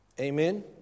Amen